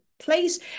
place